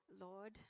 Lord